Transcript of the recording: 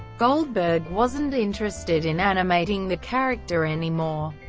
goldberg wasn't interested in animating the character anymore.